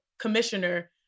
commissioner